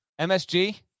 msg